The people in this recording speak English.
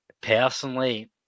Personally